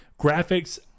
graphics